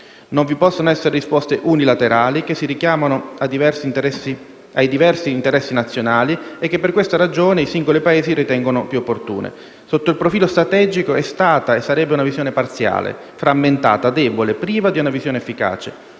Non vi possono essere risposte unilaterali che si richiamano ai diversi interessi nazionali e che, per questa ragione, i singoli Paesi ritengono più opportune. Sotto il profilo strategico è stata e sarebbe una visione parziale, frammentata, debole, priva di una visione efficace.